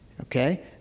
Okay